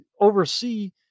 oversee